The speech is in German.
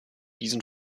diesen